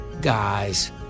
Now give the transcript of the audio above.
guys